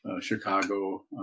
chicago